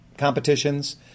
competitions